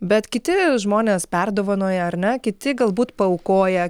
bet kiti žmonės perdovanoja ar ne kiti galbūt paaukoja